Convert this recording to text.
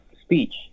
speech